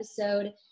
episode